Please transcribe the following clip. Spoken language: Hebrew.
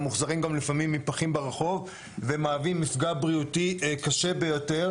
אלא מוחזרים גם לפעמים מפחים ברחוב ומהווים מפגע בריאותי קשה ביותר.